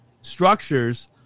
structures